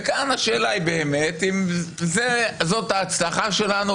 וכאן השאלה אם זאת ההצלחה שלנו.